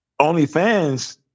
OnlyFans